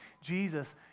Jesus